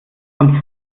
und